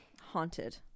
haunted